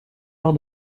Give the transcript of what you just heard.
lors